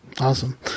Awesome